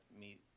meet